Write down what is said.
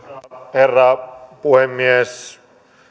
herra puhemies